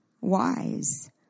wise